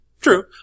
True